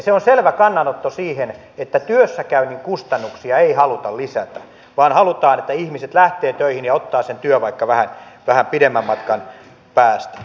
se on selvä kannanotto siihen että työssäkäynnin kustannuksia ei haluta lisätä vaan halutaan että ihmiset lähtevät töihin ja ottavat sen työn vaikka vähän pidemmän matkan päästä